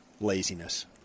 laziness